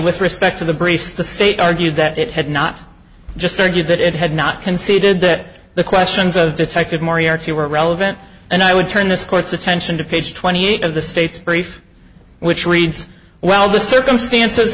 with respect to the briefs the state argued that it had not just argued that it had not conceded that the questions of detective moriarty were relevant and i would turn this court's attention to page twenty eight of the state's brief which reads well the circumstances